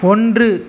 ஒன்று